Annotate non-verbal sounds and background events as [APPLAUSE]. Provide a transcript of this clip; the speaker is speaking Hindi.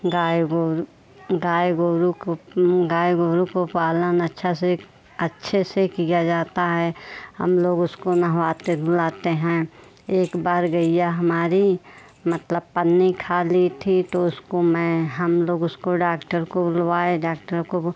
गाय गोरु गाय गोरू को [UNINTELLIGIBLE] गाय गोरू को पालन अच्छा से अच्छे से किया जाता है हम लोग उसको नहवाते धुलाते हैं एक बार गैया हमारी मतलब पन्नी खा ली थी तो उसको मैं हम लोग उसको डाक्टर को बुलवाए डाक्टर को बु